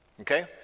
Okay